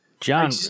John